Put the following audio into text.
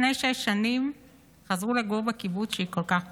לפני שש שנים חזרו לגור בקיבוץ שהיא כל כך אוהבת.